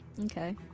okay